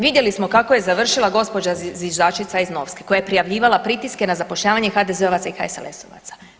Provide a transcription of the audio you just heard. Vidjeli smo kako je završila gospođa zviždačica iz Novske, koja je prijavljivala pritiske na zapošljavanje HDZ-ovaca i HSLS-ovaca.